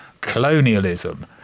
colonialism